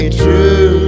true